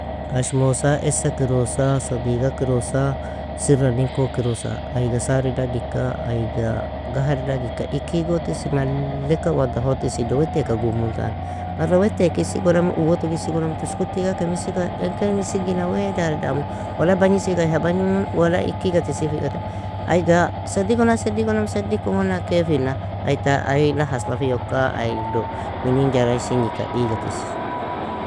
Ashmosa, essa kirosa, Sadiga kirosa, Sirranin ko kirosa, aiga Sare dagika, aiga gahara dagika, ik igotis, mallika wadahotis, ido weteaka gubmuntan. Marra weteaka isigonam uotig isigoname tuskutiga, kemisiga, yan ken isigjinan wea dari damu, wala bagnisiga ai ha bagnimun, wala ika igatisi figate. Aiga sedigona, sedigonam, sedigkumuna, kaifina, ai ta aila haslafiyoka, aido minin jarayising ika igatisi.